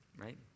right